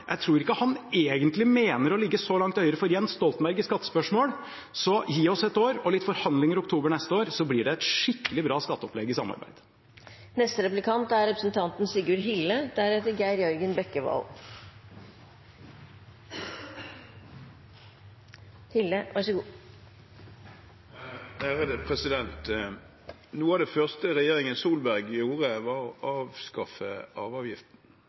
Jeg er jo veldig glad i Truls Wickholm. Jeg tror ikke han egentlig mener å ligge så langt til høyre for Jens Stoltenberg i skattespørsmål, så gi oss et år og litt forhandlinger i oktober neste år, så blir det et skikkelig bra skatteopplegg i samarbeid. Noe av det første regjeringen Solberg gjorde, var å avskaffe arveavgiften. Det var nok noe som ble oppfattet som svært gledelig for folk flest, ikke minst av